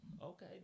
Okay